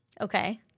Okay